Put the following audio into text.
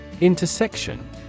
Intersection